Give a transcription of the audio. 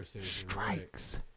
Strikes